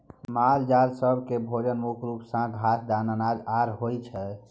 मालजाल सब केँ भोजन मुख्य रूप सँ घास, दाना, अनाज आर होइ छै